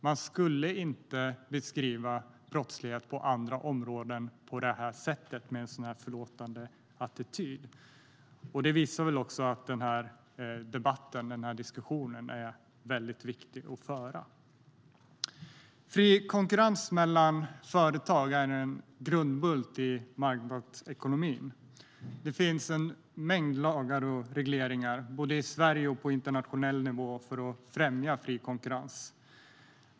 Man skulle inte beskriva brottslighet på andra områden på det här sättet och med en så förlåtande attityd. Det visar väl också att den här debatten och diskussionen är väldigt viktig att föra. Fri konkurrens mellan företag är en grundbult i marknadsekonomin. Det finns en mängd lagar och regleringar, både i Sverige och på internationell nivå, för att främja fri konkurrens.